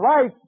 life